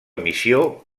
missió